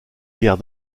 guerre